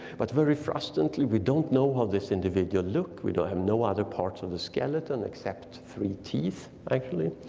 but very frustratingly, we don't know how this individual look, we don't have no other part of the skeleton except three teeth, thankfully.